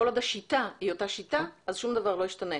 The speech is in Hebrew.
כל עוד השיטה היא אותה שיטה, אז שום דבר לא ישתנה.